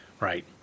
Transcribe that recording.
right